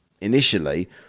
initially